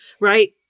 right